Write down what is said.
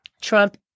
Trump